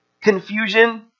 confusion